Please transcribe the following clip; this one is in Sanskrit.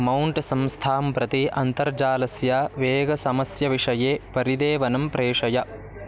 मौण्ट् संस्थां प्रति अन्तर्जालस्य वेगसमस्य विषये परिदेवनं प्रेषय